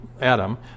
Adam